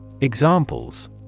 Examples